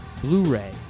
Blu-ray